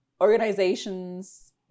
organizations